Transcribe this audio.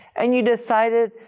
and you decided,